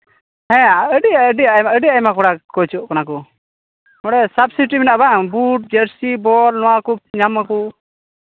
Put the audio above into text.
ᱦᱮᱸ ᱟᱹᱰᱤ ᱟᱹᱰᱤ ᱟᱹᱰᱤ ᱟᱭᱢᱟ ᱠᱚᱲᱟ ᱠᱚ ᱦᱤᱡᱩᱜ ᱠᱟᱱᱟ ᱠᱚ ᱱᱚᱸᱰᱮ ᱥᱟᱵᱽᱥᱤᱴᱤ ᱢᱮᱱᱟᱜᱼᱟ ᱵᱟᱝ ᱵᱩᱴ ᱡᱟᱹᱨᱥᱤ ᱵᱚᱞ ᱱᱚᱣᱟ ᱠᱚ ᱧᱟᱢᱟᱠᱚ